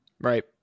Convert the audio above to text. Right